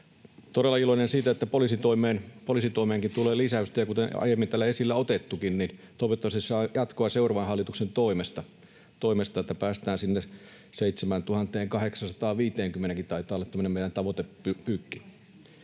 todella iloinen siitä, että poliisitoimeenkin tulee lisäystä, ja kuten jo aiemmin täällä esille on otettukin, niin toivottavasti se saa jatkoa seuraavan hallituksen toimesta, että päästään sinne 7 850:een — taitaa olla tämmöinen meidän tavoitepyykki,